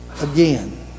again